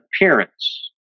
appearance